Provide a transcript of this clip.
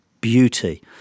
beauty